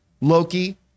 Loki